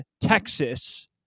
Texas